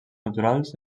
naturals